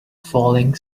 falling